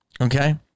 Okay